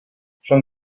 són